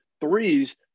threes